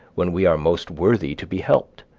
when we are most worthy to be helped?